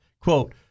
Quote